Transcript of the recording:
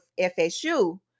FSU